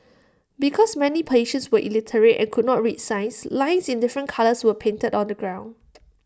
because many patients were illiterate and could not read signs lines in different colours were painted on the ground